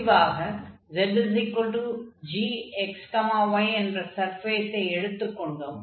முடிவாக zgxy என்ற சர்ஃபேஸை எடுத்துக் கொண்டோம்